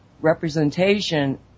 representation